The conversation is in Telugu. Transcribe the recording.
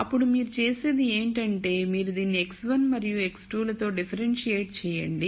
అప్పుడు మీరు చేసేది ఏమిటంటే మీరు దీన్ని x1 మరియు x2 లతో differentiate చెయ్యండి